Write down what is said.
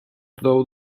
though